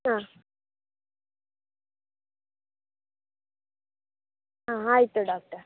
ಹಾಂ ಹಾಂ ಆಯಿತು ಡಾಕ್ಟರ್